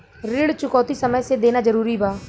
ऋण चुकौती समय से देना जरूरी बा?